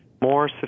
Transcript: more